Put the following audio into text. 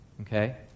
Okay